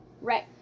Right